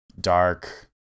Dark